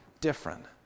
different